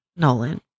Nolan